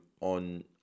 on